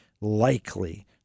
likely